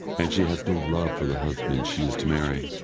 and she has no love for the husband she is to marry.